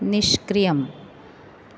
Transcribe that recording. निष्क्रियम्